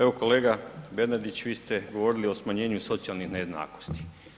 Evo kolega Bernardić, vi ste govorili o smanjenju socijalnih nejednakosti.